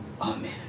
Amen